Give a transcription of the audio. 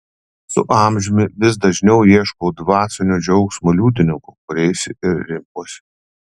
su amžiumi vis dažniau ieškau dvasinio džiaugsmo liudininkų kuriais ir remiuosi